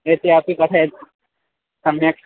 इति अपि कथयतु सम्यक्